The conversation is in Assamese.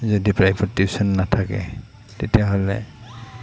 যদি প্ৰাইভেট টিউশ্যন নাথাকে তেতিয়াহ'লে